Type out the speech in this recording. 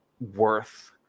worth